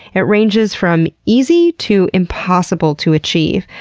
it ranges from easy to impossible to achieve.